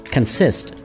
Consist